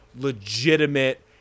legitimate